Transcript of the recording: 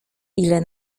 ile